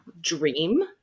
dream